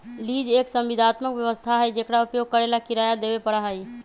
lease एक संविदात्मक व्यवस्था हई जेकरा उपयोग करे ला किराया देवे पड़ा हई